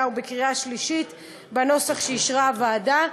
ובקריאה שלישית בנוסח שאישרה הוועדה.